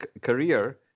career